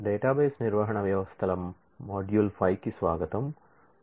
database నిర్వహణ వ్యవస్థల module 5 కు స్వాగతం